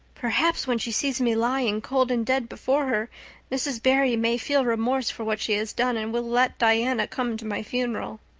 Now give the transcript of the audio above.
perhaps when she sees me lying cold and dead before her mrs. barry may feel remorse for what she has done and will let diana come to my funeral.